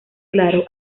claro